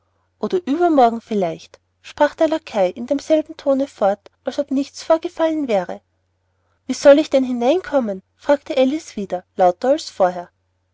oder übermorgen vielleicht sprach der lackei in demselben tone fort als ob nichts vorgefallen wäre wie soll ich denn hineinkommen fragte alice wieder lauter als vorher